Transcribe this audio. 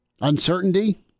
Uncertainty